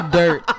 dirt